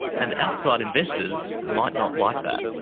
and outside investors might not like that.